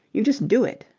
you just do it.